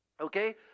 Okay